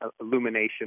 illumination